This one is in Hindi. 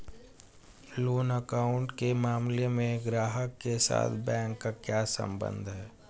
लोन अकाउंट के मामले में ग्राहक के साथ बैंक का क्या संबंध है?